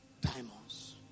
Diamonds